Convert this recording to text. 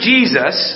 Jesus